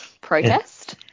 protest